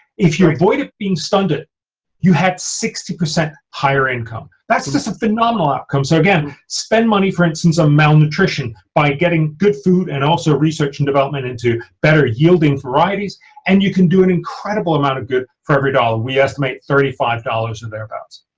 if you avoid it being stunted you had sixty percent higher income. that's a phenomenal outcome so again spend money for instance on malnutrition by getting good food and also research and development into better yielding varieties and you can do an incredible amount of good for every dollar we estimate thirty five dollars or there abouts.